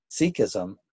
Sikhism